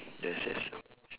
yes yes ya